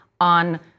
on